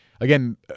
Again